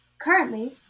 Currently